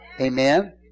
Amen